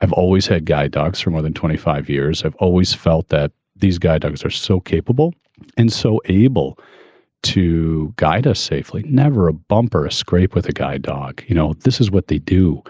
i've always had guide dogs for more than twenty five years. i've always felt that these guide dogs are so capable and so able to guide us safely. never a bumper, a scrape with a guide dog. you know, this is what they do.